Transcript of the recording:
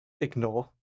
ignore